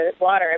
water